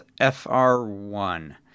FR1